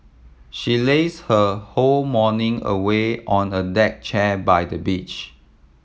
she lazed her whole morning away on a deck chair by the beach